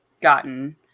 gotten